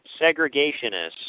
segregationists